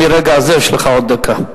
מרגע זה יש לך עוד דקה.